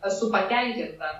esu patenkinta